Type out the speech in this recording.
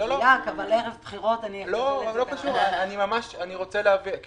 כל מה שנאמר כאן לא מספיק מדויק,